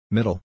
Middle